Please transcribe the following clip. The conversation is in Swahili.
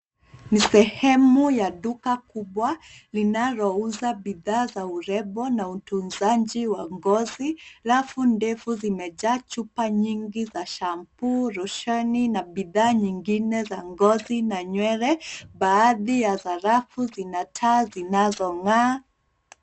Ni sehemu ya duka kubwa linalouza bidhaa za urembo na utunzaji wa ngozi. Rafu ndefu zimejaa chupa nyingi za shampoo , roshani na bidhaa nyingine za nywele. Baadhi ya rafu zina taa zinazong'aa.